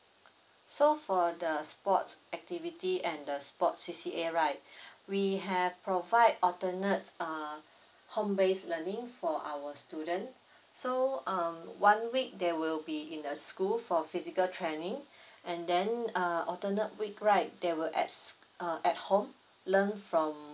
so for the sports activity and the sport C_C_A right we have provide alternate uh home based learning for our student so um one week they will be in the school for physical training and then uh alternate week right they will at s~ uh at home learn from